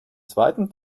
zweiten